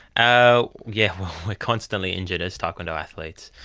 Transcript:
are yeah constantly injured as taekwondo athletes,